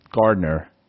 Gardner